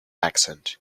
accent